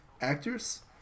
actors